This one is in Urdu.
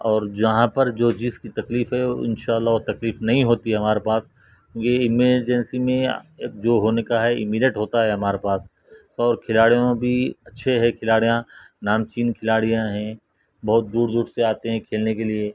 اور جہاں پر جو چیز کی تکلیف ہے ان شاءاللہ وہ تکلیف نہیں ہوتی ہمارے پاس یہ ایمرجنسی میں جو ہونے کا ہے ایمیڈیٹ ہوتا ہے ہمارے پاس اور کھلاڑیوں بھی اچھے ہے کھلاڑیاں نام چین کھلاڑیاں ہیں بہت دور دور سے آتے ہیں کھیلنے کے لیے